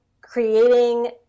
creating